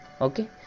okay